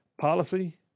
policy